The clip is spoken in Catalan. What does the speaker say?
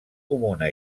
comuna